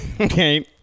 Okay